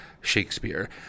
Shakespeare